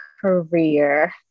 career